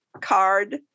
card